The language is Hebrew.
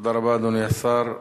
תודה רבה, אדוני השר.